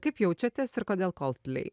kaip jaučiatės ir kodėl coldplay